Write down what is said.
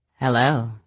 Hello